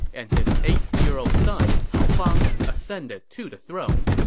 and his eight year old son, cao fang, ascended to the throne.